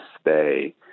stay